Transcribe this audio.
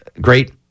great